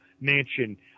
mansion